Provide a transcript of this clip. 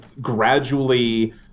gradually